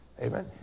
Amen